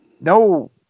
No